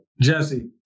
Jesse